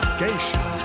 geisha